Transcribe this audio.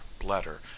bladder